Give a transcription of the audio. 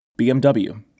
BMW